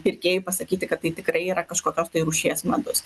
pirkėjui pasakyti kad tai tikrai yra kažkokios rūšies medus